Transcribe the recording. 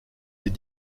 les